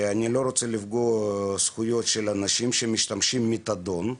שאני לא רוצה לפגוע בזכויות אנשים שמשתמשים במתדון,